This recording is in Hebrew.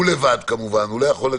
הוא לבד, כמובן.